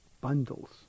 bundles